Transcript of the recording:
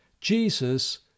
Jesus